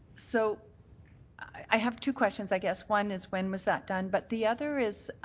so i have two questions, i guess. one is when was that done. but the other is